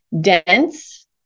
dense